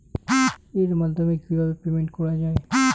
এর মাধ্যমে কিভাবে পেমেন্ট করা য়ায়?